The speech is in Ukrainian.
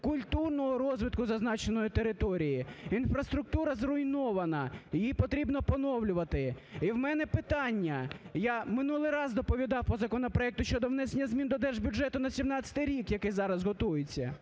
культурного розвитку зазначеної території. Інфраструктура зруйнована, її потрібно поновлювати. І в мене питання - я минулий раз доповідав по законопроекту щодо внесення змін до Держбюджету на 2017 рік, який зараз готується,